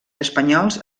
espanyols